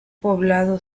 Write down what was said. poblado